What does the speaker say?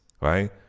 right